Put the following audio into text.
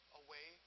away